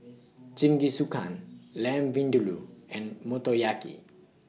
Jingisukan Lamb Vindaloo and Motoyaki